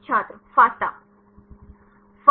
छात्र फास्टा